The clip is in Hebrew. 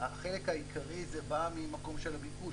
החלק העיקרי זה בא ממקום של הביקוש,